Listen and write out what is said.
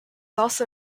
also